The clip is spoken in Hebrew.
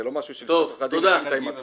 זה לא משהו שעורכי הדין מחליטים בעצמם.